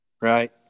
Right